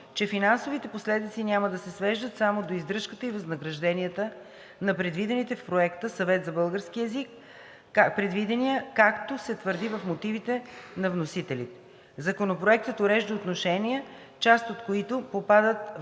че финансовите последици няма да се свеждат само до издръжката и възнагражденията на предвидения в проекта Съвет за българския език, както се твърди в мотивите на вносителите. Законопроектът урежда отношения, част от които попадат в предметния